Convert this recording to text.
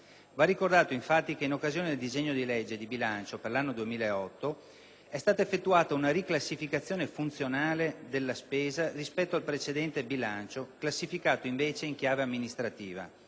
Va ricordato, infatti, che in occasione del disegno di legge di bilancio per l'anno 2008 è stata effettuata una riclassificazione funzionale della spesa rispetto al precedente bilancio classificato, invece, in chiave amministrativa.